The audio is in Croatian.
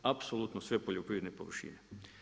Apsolutno sve poljoprivredne površine.